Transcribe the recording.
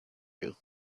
you